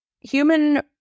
human